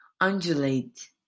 Undulate